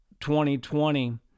2020